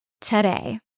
today